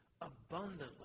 abundantly